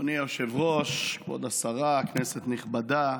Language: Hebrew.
אדוני היושב-ראש, כבוד השרה, כנסת נכבדה,